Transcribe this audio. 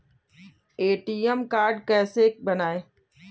ATM card कैसे बनवाएँ?